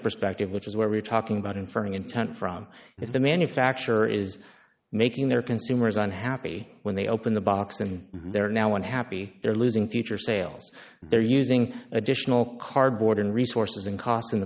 perspective which is where we're talking about inferring intent from if the manufacturer is making their consumers unhappy when they open the box and they're now unhappy they're losing future sales they're using additional cardboard in resources and cost in the